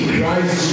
Christ